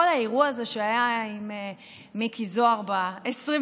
כל האירוע הזה שהיה עם מיקי זוהר ב-24